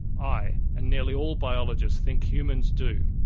i, and nearly all biologists, think humans do.